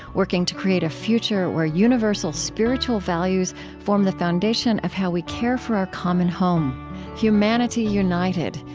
working to create a future where universal spiritual values form the foundation of how we care for our common home humanity united,